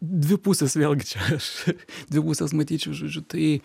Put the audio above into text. dvi pusės vėlgi čia aš dvi puses matyčiau žodžiu tai